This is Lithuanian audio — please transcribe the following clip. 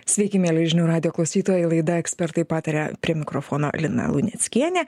sveiki mieli žinių radijo klausytojai laida ekspertai pataria prie mikrofono lina luneckienė